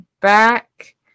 back